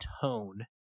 tone